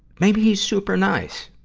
maybe he's super nice.